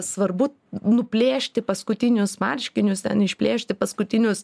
svarbu nuplėšti paskutinius marškinius ten išplėšti paskutinius